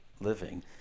living